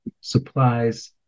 supplies